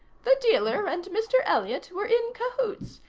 the dealer and mr. elliott were in cahoots,